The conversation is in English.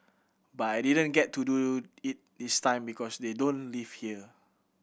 but I didn't get to do it this time because they don't live here